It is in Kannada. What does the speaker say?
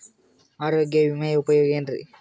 ಆರೋಗ್ಯ ವಿಮೆಯ ಉಪಯೋಗ ಏನ್ರೀ?